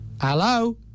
hello